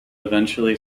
eventually